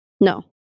No